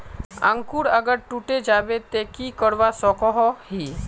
अंकूर अगर टूटे जाबे ते की करवा सकोहो ही?